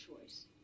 choice